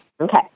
Okay